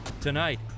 Tonight